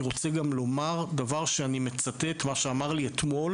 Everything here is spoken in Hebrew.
אני גם רוצה לומר דבר שאני מצטט מה שאמר לי אתמול